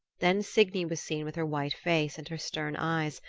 then signy was seen with her white face and her stern eyes,